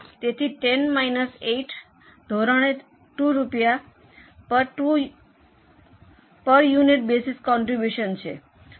તેથી 10 માઈનસ 8 ધોરણે 2 રૂપિયા પર યુનિટ બેસીસ કોન્ટ્રીબ્યુશન છે